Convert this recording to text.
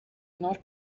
not